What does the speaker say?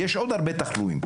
יש עוד הרבה תחלואים.